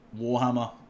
Warhammer